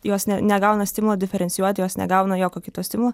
jos ne negauna stimulo diferencijuoti jos negauna jokio kito stimulo